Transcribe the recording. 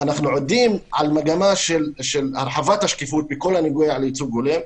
אנחנו עדים למגמה של הרחבת השקיפות בכל הנוגע לייצוג הולם,